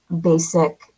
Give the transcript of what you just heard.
basic